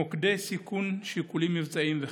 מוקדי סיכון, שיקולים מבצעיים וכו'.